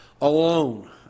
alone